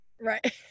Right